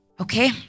Okay